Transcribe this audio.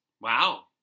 Wow